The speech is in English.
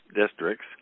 districts